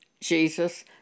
Jesus